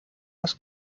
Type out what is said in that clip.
das